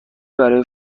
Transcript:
برای